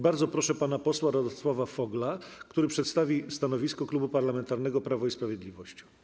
Bardzo proszę pana posła Radosława Fogla, który przedstawi stanowisko Klubu Parlamentarnego Prawo i Sprawiedliwość.